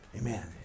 Amen